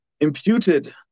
imputed